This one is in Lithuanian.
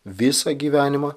visą gyvenimą